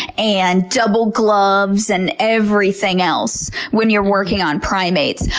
and double gloves, and everything else when you're working on primates.